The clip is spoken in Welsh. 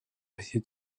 hyd